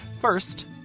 First